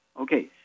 Okay